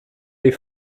les